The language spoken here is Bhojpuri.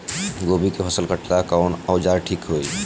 गोभी के फसल काटेला कवन औजार ठीक होई?